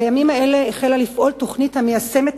בימים אלה החלה לפעול תוכנית המיישמת את